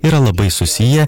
yra labai susiję